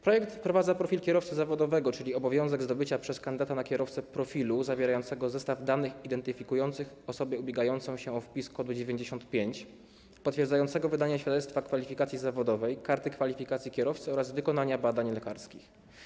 Projekt wprowadza profil kierowcy zawodowego, czyli obowiązek posiadania przez kandydata na kierowcę profilu zawierającego zestaw danych identyfikujących osobę ubiegającą się o wpis kodu 95 potwierdzającego wydanie świadectwa kwalifikacji zawodowej, karty kwalifikacji kierowcy oraz wykonania badań lekarskich.